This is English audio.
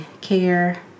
care